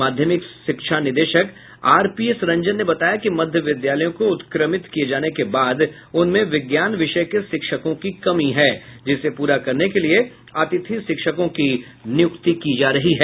माध्यमिक शिक्षा निदेशक आर पी एस रंजन ने बताया कि मध्य विद्यालयों को उत्क्रमित किये जाने के बाद उनमें विज्ञान विषय के शिक्षकों की कमी है जिसे प्ररा करने के लिये अतिथि शिक्षकों की नियुक्ति की जा रही है